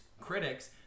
critics